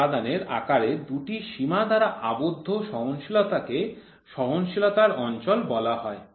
কোন উপাদানের আকারের দুটি সীমা দ্বারা আবদ্ধ সহনশীলতাকে সহনশীলতার অঞ্চল বলা হয়